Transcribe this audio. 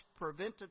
prevented